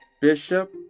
Bishop